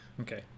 Okay